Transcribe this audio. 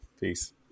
Peace